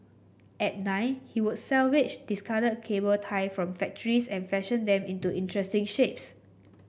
at nine he would salvage discarded cable tie from factories and fashion them into interesting shapes